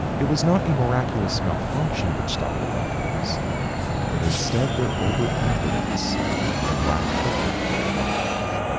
it was not a miraculous malfunction which stopped the bombings but instead their overconfidence and lack of accurate knowledge.